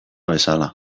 bezala